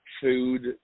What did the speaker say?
food